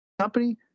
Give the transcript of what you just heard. company